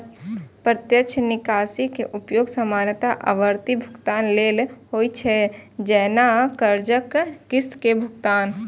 प्रत्यक्ष निकासी के उपयोग सामान्यतः आवर्ती भुगतान लेल होइ छै, जैना कर्जक किस्त के भुगतान